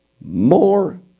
more